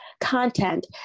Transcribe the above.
content